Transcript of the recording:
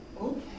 Okay